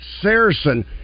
Saracen